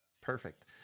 Perfect